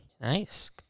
Nice